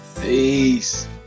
Peace